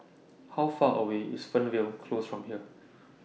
How Far away IS Fernvale Close from here